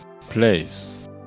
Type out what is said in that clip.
place